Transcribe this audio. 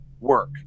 work